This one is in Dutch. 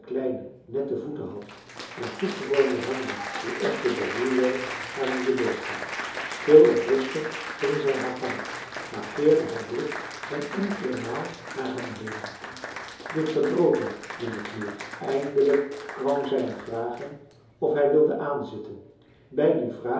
kleine nette voeten had en goedgevormde handen die echter door ruw werk waren bedorven stil en rustig ging zij haar gang maar keerde haar blik geen enkele maal naar hem henen dit verdroot hem marcellus emants een drietal novellen min of meer eindelijk kwam zij hem vragen of hij wilde aanzitten bij die vraag